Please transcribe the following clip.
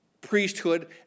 priesthood